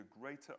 greater